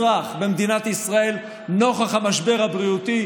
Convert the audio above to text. שלא תשפר את מצבו של שום אזרח במדינת ישראל נוכח המשבר הבריאותי,